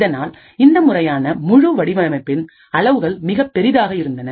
இதனால் இந்த முறையான முழு வடிவமைப்பில் அளவுகள் மிகவும் பெரிதாக இருந்தன